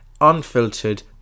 Unfiltered